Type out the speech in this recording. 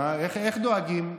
איך דואגים?